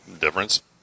difference